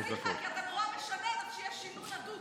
להפריע לך, כי אתה נורא משנה, יש שינוי הדוק.